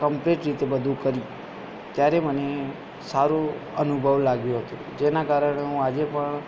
complete રીતે બધુ કરી ત્યારે મને સારું અનુભવ લાગ્યો હતો જેના કારણે હું આજે પણ